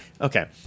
Okay